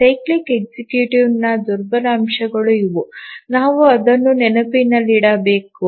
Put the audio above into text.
cycling ವೇಳಾಪಟ್ಟಿಯ ದುರ್ಬಲ ಅಂಶಗಳು ಇವು ನಾವು ಅದನ್ನು ನೆನಪಿನಲ್ಲಿಡಬೇಕು